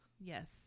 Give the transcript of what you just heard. Yes